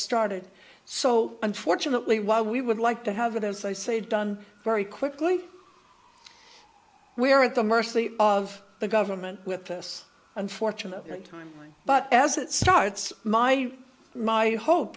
started so unfortunately while we would like to have those i say done very quickly we are at the mercy of the government with us unfortunately time but as it starts my my hope